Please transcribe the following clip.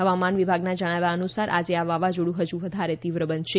હવામાન વિભાગના જણાવ્યા અનુસાર આજે આ વાવાઝોડુ હજી વધારે તીવ્ર બનશે